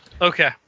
okay